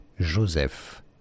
Joseph